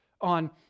on